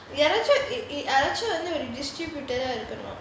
யாராச்சும் யாராச்சும் வந்து:yaaraachum yaaraachum vanthu redistributed இருக்கணும்:irukkanum